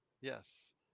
Yes